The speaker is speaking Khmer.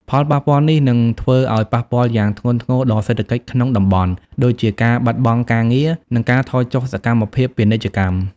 ផលប៉ះពាល់នេះនឹងធ្វើឲ្យប៉ះពាល់យ៉ាងធ្ងន់ធ្ងរដល់សេដ្ឋកិច្ចក្នុងតំបន់ ដូចជាការបាត់បង់ការងារ និងការថយចុះសកម្មភាពពាណិជ្ជកម្ម។